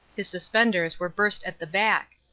his suspenders were burst at the back.